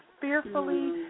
fearfully